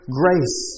grace